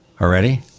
already